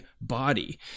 body